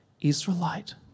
Israelite